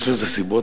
יש לזה סיבות,